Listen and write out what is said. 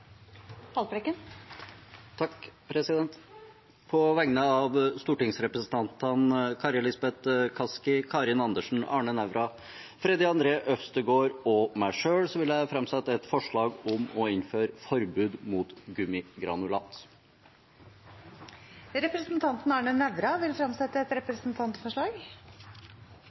På vegne av stortingsrepresentantene Kari Elisabeth Kaski, Karin Andersen, Arne Nævra, Freddy André Øvstegård og meg selv vil jeg framsette et forslag om å innføre forbud mot gummigranulat. Representanten Arne Nævra vil fremsette et representantforslag.